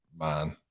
man